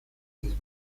his